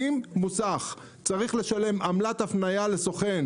אם מוסך צריך לשלם עמלת הפניה לסוכן,